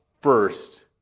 first